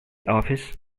office